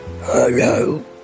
Hello